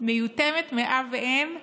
מיותמת מאב ואם.